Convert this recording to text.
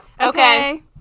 Okay